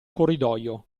corridoio